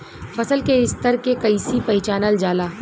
फसल के स्तर के कइसी पहचानल जाला